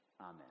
Amen